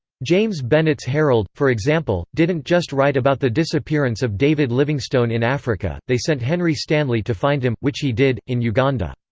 james bennett's herald, for example, didn't just write about the disappearance of david livingstone in africa they sent henry stanley to find him, which he did, in uganda.